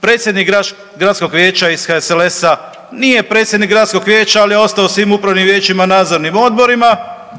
Predsjednik gradskog vijeća iz HSLS-a nije predsjednik gradskog vijeća, ali je ostao u svim upravnim vijećima i nadzornim odborima,